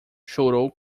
chorou